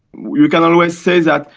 you can always say that,